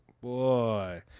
Boy